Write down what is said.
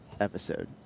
episode